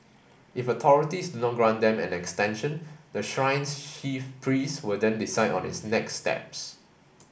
if authorities do not grant them an extension the shrine's chief priest will then decide on its next steps